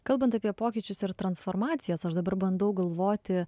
kalbant apie pokyčius ir transformacijas aš dabar bandau galvoti